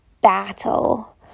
battle